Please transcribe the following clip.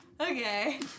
Okay